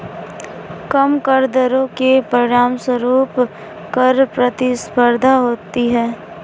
कम कर दरों के परिणामस्वरूप कर प्रतिस्पर्धा होती है